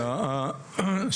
אני